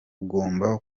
ugomba